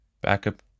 Backup